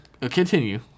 Continue